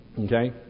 okay